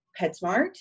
PetSmart